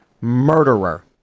murderer